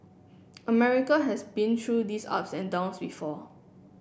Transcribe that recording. America has been through these ups and downs before